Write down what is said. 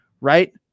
Right